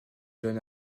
john